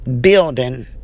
building